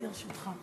לרשותך.